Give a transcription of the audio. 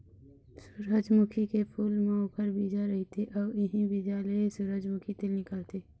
सूरजमुखी के फूल म ओखर बीजा रहिथे अउ इहीं बीजा ले सूरजमूखी तेल निकलथे